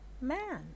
man